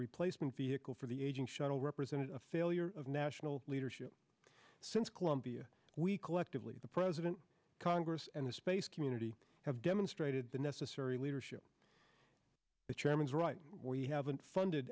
replacement vehicle for the aging shuttle represent a failure of national leadership since columbia we collectively the president congress and the space community have demonstrated the necessary leadership the chairman's right we haven't funded